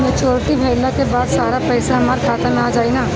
Maturity भईला के बाद सारा पईसा हमार खाता मे आ जाई न?